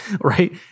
right